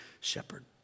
shepherd